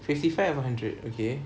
fifty five upon hundred okay